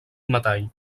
metall